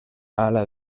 ala